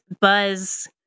Buzz